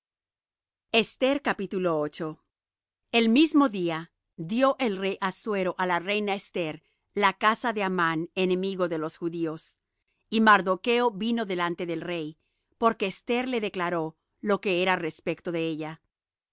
el mismo día dió el rey assuero á la reina esther la casa de amán enemigo de los judíos y mardocho vino delante del rey porque esther le declaró lo que era respecto de ella